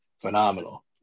phenomenal